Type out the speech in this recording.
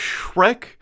Shrek